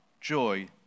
joy